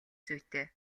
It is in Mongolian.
зүйтэй